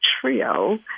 Trio